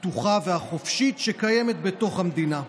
הפתוחה והחופשית שקיימת בתוך המדינה.